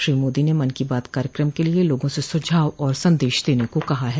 श्री मोदी ने मन की बात कार्यक्रम के लिए लोगों से सुझाव और संदेश देने को कहा है